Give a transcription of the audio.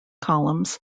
columns